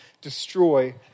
destroy